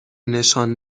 نشان